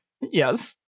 Yes